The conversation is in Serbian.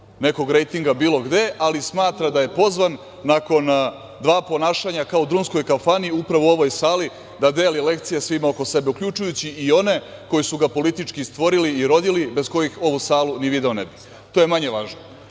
nekog rejtinga bilo gde, ali smatra da je pozvan, nakon dva ponašanja kao u drumskoj kafani upravo u ovoj sali, da deli lekcije svima oko sebe, uključujući i one koji su ga politički stvorili i rodili, bez kojih u ovu salu ni video ne bi. To je manje važno.